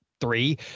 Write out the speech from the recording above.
three